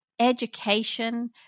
education